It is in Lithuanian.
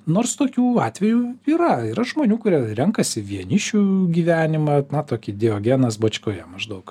nors tokių atvejų yra yra žmonių kurie renkasi vienišių gyvenimą na tokį diogenas bačkoje maždaug